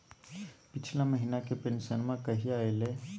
पिछला महीना के पेंसनमा कहिया आइले?